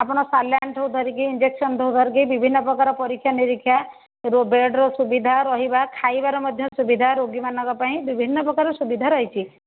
ଆପଣ ସାଲାଇନ୍ ଠୁ ଧରିକି ଇଞ୍ଜେକ୍ସନ୍ ଠୁ ଧରିକି ବିଭିନ୍ନପ୍ରକାର ପରୀକ୍ଷା ନିରୀକ୍ଷା ବେଡ଼୍ର ସୁବିଧା ରହିବା ଖାଇବାର ମଧ୍ୟ ସୁବିଧା ରୋଗୀମାନଙ୍କ ପାଇଁ ବିଭିନ୍ନପ୍ରକାର ସୁବିଧା ରହିଛି